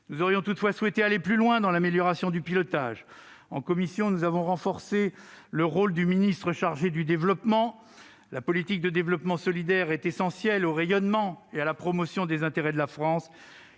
Nous aurions toutefois souhaité aller plus loin dans l'amélioration du pilotage. En commission, nous avons renforcé le rôle du ministre chargé du développement. La politique de développement solidaire étant essentielle au rayonnement et à la promotion des intérêts de la France,